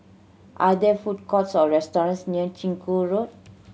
are there food courts or restaurants near Chiku Road